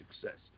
success